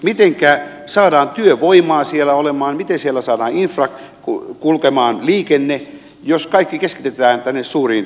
mitenkä saadaan työvoimaa siellä olemaan miten siellä saadaan infra kulkemaan liikenne jos kaikki keskitetään tänne suuriin keskuksiin